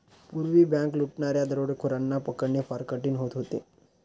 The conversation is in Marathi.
पूर्वी बँक लुटणाऱ्या दरोडेखोरांना पकडणे फार कठीण होत होते